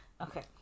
Okay